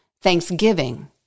Thanksgiving